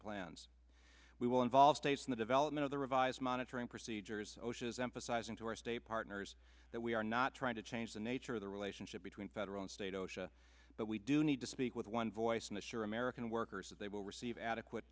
plans we will involve states in the development of the revised monitoring procedures osha is emphasizing to our state partners that we are not trying to change the nature of the relationship between federal and state osha but we do need to speak with one voice and assure american workers that they will receive adequate